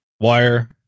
wire